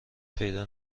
پیدا